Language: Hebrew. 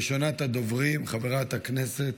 ראשונת הדוברים, חברת הכנסת